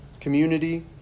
community